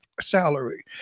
salary